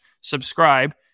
subscribe